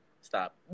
stop